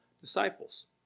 disciples